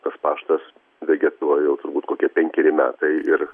tas paštas vegetuoja jau turbūt kokie penkeri metai ir